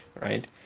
right